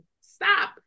stop